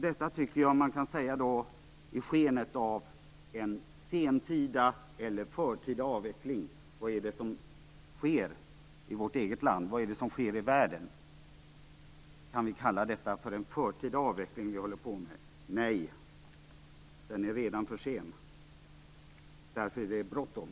Detta tycker jag att man kan säga i skenet av en sentida eller en förtida avveckling. Vad är det som sker i vårt eget land? Vad är det som sker i världen? Kan vi kalla det som vi håller på med för en förtida avveckling? Nej, den är redan för sen. Därför är det bråttom.